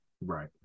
right